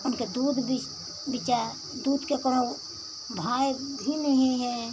उनके दूध बीस बिचे दूध के कउनो भाई भी नहीं है